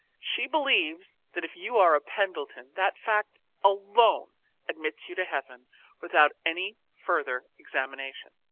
she believes that if you are a pendleton, that fact alone admits you to heaven without any further examination.